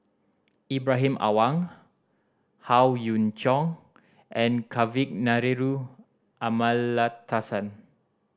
Ibrahim Awang Howe Yoon Chong and Kavignareru Amallathasan